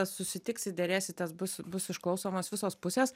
susitiksit derėsitės bus bus išklausomos visos pusės